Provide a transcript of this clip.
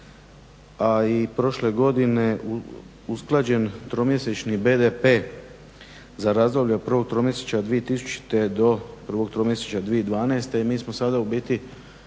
a i prošle godine usklađen tromjesečni BDP za razdoblje od prvog tromjesečja 2000. do prvog tromjesečja 2012.i mi smo sada ubiti